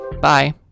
Bye